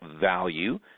value